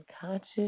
conscious